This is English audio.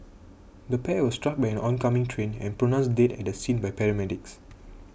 the pair were struck by an oncoming train and pronounced dead at the scene by paramedics